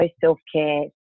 self-care